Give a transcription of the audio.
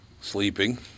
Sleeping